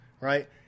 Right